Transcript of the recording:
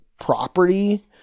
property